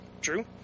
True